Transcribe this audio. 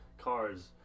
cars